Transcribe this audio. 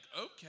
okay